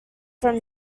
from